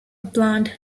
plant